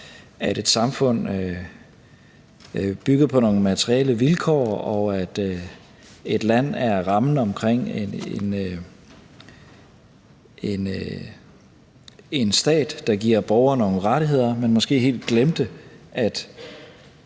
at et samfund bygger på nogle materielle vilkår, og at et land er rammen omkring en stat, der giver borgere nogle rettigheder, men måske helt glemte, at